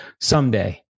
someday